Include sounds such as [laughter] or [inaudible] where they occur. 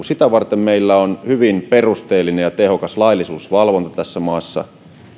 [unintelligible] sitä varten meillä on hyvin perusteellinen ja tehokas laillisuusvalvonta tässä maassa